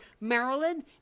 Maryland